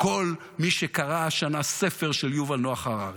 כל מי שקרא השנה ספר של יובל נח הררי.